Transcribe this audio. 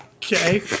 Okay